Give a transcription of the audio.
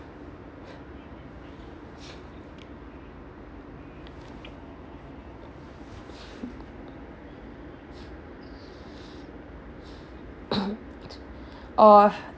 orh